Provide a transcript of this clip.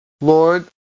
Lord